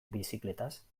bizikletaz